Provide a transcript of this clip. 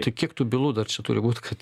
tai kiek tų bylų dar čia turi būt kad